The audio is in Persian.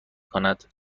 کند